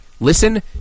listen